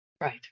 Right